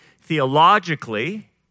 theologically